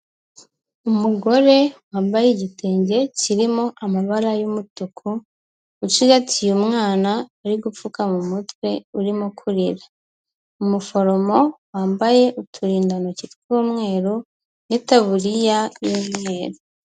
Umugore wambaye igitenge kirimo amabara y'umutuku ucigatiye umwana uri gupfukwa mu mutwe urimo kurira, umuforomo wambaye uturindantoki tw'umweru n'itaburiya y'umweru.